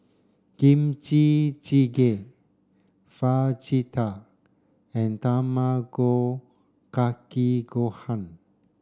Kimchi Jjigae Fajitas and Tamago kake Gohan